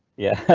yeah,